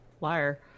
Liar